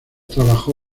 trabajó